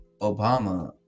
Obama